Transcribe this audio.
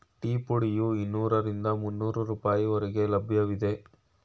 tea ಪುಡಿಯು ಇನ್ನೂರರಿಂದ ಮುನ್ನೋರು ರೂಪಾಯಿ ಹೊರಗೆ ಲಭ್ಯವಿದೆ